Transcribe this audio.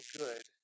good